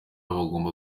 bagenda